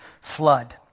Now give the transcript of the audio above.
flood